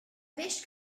veš